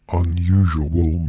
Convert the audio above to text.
unusual